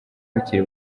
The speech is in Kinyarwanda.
bakiri